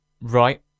right